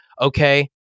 okay